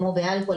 כמו באלכוהול,